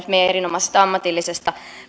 meidän erinomaisesta ammatillisesta